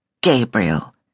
Gabriel